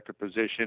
position